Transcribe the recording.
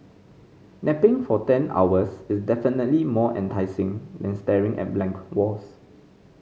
napping for ten hours is definitely more enticing than staring at blank walls